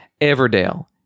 Everdale